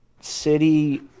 city